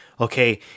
okay